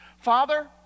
Father